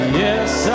yes